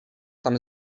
tam